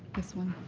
this one.